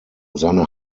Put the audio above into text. seine